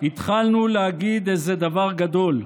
"התחלנו להגיד איזה דבר גדול,